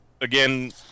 again